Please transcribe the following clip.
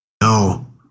No